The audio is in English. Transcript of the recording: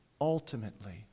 Ultimately